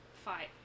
fight